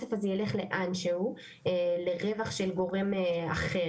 הכסף הזה ילך לאן שהוא או לרווח של גורם אחר,